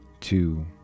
two